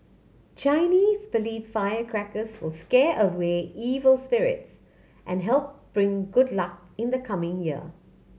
Chinese believe firecrackers will scare away evil spirits and help bring good luck in the coming year